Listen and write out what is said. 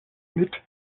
mit